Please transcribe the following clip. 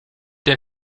der